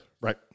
Right